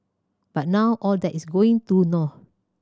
but now all that is going to naught